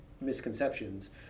misconceptions